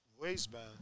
waistband